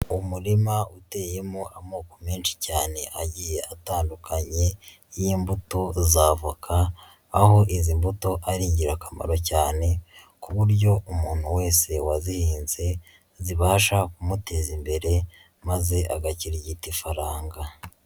Umurima uteyemo amoko menshi cyane agiye atandukanye y'imbuto za avoka, aho izi mbuto ari ingirakamaro cyane ku buryo umuntu wese wazihinze zibasha kumuteza imbere maze agakirigita ifaranga.